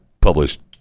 published